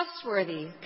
trustworthy